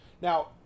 Now